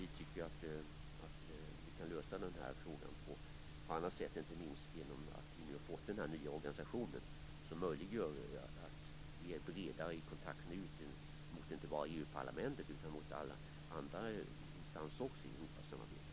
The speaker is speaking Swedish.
Vi tycker att frågan kan lösas på annat sätt, inte minst genom den nya organisationen som möjliggör en bredare kontakt utåt, inte bara mot EU-parlamentet utan också mot alla instanser i Europasamarbetet.